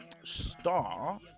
star